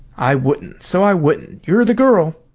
i wouldn't so i wouldn't. you're the girl!